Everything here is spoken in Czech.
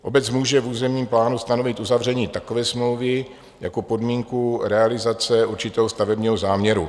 Obec může v územním plánu stanovit uzavření takové smlouvy jako podmínku realizace určitého stavebního záměru.